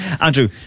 Andrew